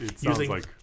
using